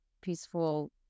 peaceful